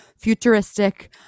futuristic